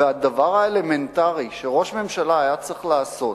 והדבר האלמנטרי שראש ממשלה היה צריך לעשות,